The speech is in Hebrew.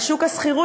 על שוק השכירות,